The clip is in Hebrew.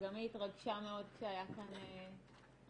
שגם היא התרגשה מאוד כשהיה כאן השיר.